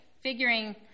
figuring